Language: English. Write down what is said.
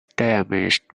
damaged